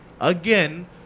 again